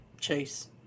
Chase